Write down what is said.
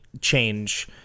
change